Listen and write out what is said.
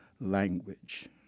language